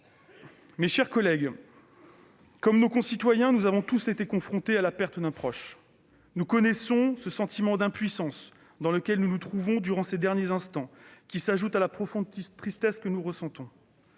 Mes chers collègues, comme nos concitoyens, nous avons tous été confrontés à la perte d'un proche. Nous connaissons le sentiment d'impuissance que l'on éprouve durant ses derniers instants, auquel s'ajoute une profonde tristesse. Que dire alors,